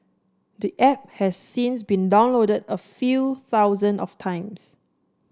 the app has since been downloaded a few thousand of times